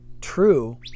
true